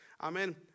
Amen